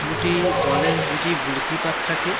দুটি দলের দুটি গোলকিপার থাকে